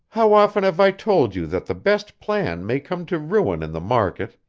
how often have i told you that the best plan may come to ruin in the market?